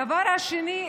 הדבר השני,